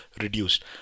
reduced